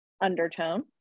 undertone